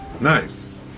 Nice